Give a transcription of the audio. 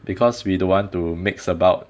because we don't want to mix about